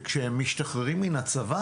כשהם משתחררים מן הצבא